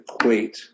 equate